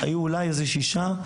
היו אולי איזה שישה,